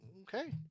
Okay